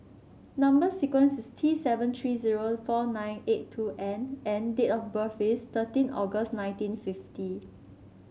number sequence is T seven three zero four nine eight two N and date of birth is thirteen August nineteen fifty